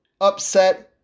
upset